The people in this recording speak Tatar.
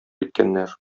иткәннәр